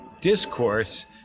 discourse